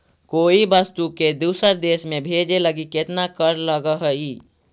कोई वस्तु के दूसर देश में भेजे लगी केतना कर लगऽ हइ?